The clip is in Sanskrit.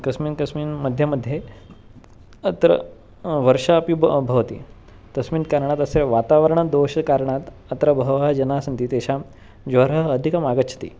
कस्मिन् कस्मिन् मध्ये मध्ये अत्र वर्षा अपि ब भवति तस्मिन् कारणात् अस्य वातावरणं दोषकारणात् अत्र बहवः जनाः सन्ति तेषां ज्वरः अधिकम् आगच्छति